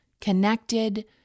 connected